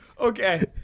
Okay